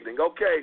okay